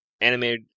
animated